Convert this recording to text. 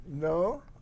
No